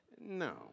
No